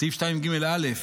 סעיף 2ג(א)